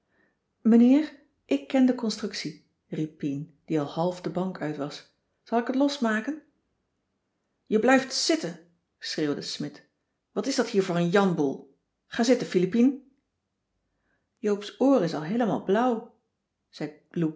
meneer ik ken de constructie riep pien die al half de bank uit was zal ik het losmaken je blijft zitten schreeuwde smidt wat is dat hier voor een janboel ga zitten philippien joops oor is al heelemaal blauw